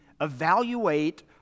evaluate